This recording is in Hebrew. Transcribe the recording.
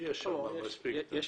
יש מספיק.